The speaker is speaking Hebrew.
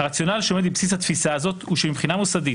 הרציונל שעומד בבסיס התפיסה הזאת הוא שמבחינה מוסדית,